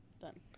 Done